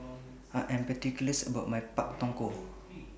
I Am particular about My Pak Thong Ko